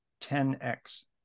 10x